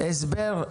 הסבר,